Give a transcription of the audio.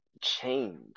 change